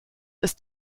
ist